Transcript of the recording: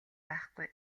байхгүй